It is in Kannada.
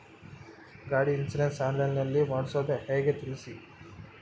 ಗಾಡಿ ಇನ್ಸುರೆನ್ಸ್ ಆನ್ಲೈನ್ ನಲ್ಲಿ ಮಾಡ್ಸೋದು ಹೆಂಗ ತಿಳಿಸಿ?